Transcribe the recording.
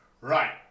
Right